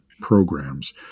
programs